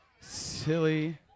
Silly